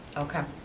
okay.